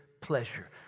pleasure